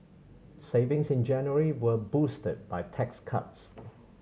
savings in January were boosted by tax cuts